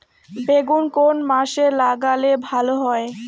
বেগুন কোন মাসে লাগালে ভালো হয়?